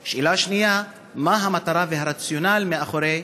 3. מה המטרה והרציונל מאחורי